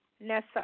Nessa